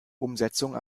umsetzung